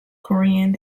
korean